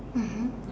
mmhmm